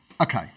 Okay